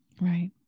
Right